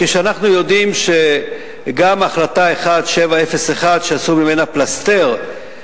כאשר אנחנו יודעים שגם החלטה 1701 עשו אותה פלסתר,